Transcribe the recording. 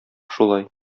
шулай